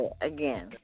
again